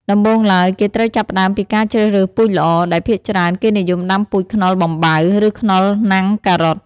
ដំបូងឡើយ គេត្រូវចាប់ផ្តើមពីការជ្រើសរើសពូជល្អ ដែលភាគច្រើនគេនិយមដាំពូជខ្នុរបំបៅ ឬខ្នុរណាំងការ៉ុត។